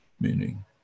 meaning